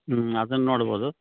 ಹ್ಞೂ ಅದನ್ನು ನೋಡ್ಬೋದು